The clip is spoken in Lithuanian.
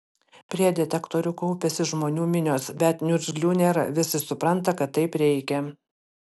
prie detektorių kaupiasi žmonių minios bet niurzglių nėra visi supranta kad taip reikia